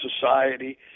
society